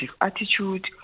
attitude